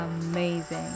amazing